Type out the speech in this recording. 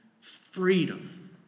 Freedom